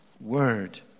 word